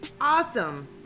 Awesome